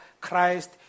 Christ